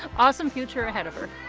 awesome future ahead of her.